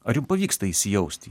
ar jum pavyksta įsijaust į